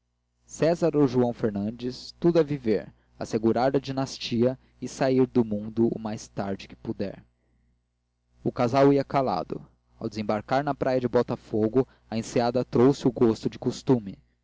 césar ou joão fernandes tudo é viver assegurar a dinastia e sair do mundo o mais tarde que puder o casal ia calado ao desembocar na praia de botafogo a enseada trouxe o gosto de costume